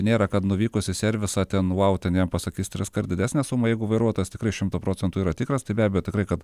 nėra kad nuvykus į servisą ten ten jam pasakys triskart didesnę sumą jeigu vairuotojas tikrai šimtu procentų yra tikras tai be abejo tikrai kad